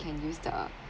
can use the